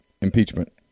impeachment